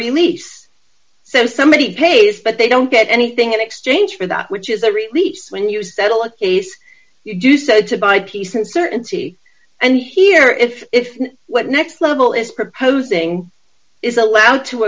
release so somebody pays but they don't get anything in exchange for that which is a release when you settle a case you do said to buy peace uncertainty and fear if if what next level is proposing is allowed to